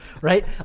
Right